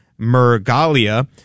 Mergalia